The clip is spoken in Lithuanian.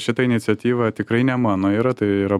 šita iniciatyva tikrai ne mano yra tai yra